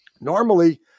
Normally